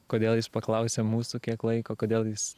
kodėl jis paklausė mūsų kiek laiko kodėl jis